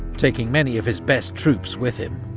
taking many of his best troops with him,